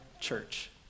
church